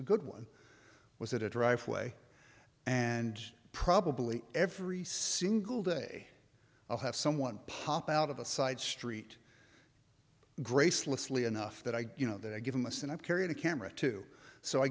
a good one was at a driveway and probably every single day i'll have someone pop out of a side street gracelessly enough that i you know that i give him a sin i've carried a camera too so i